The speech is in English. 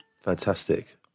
Fantastic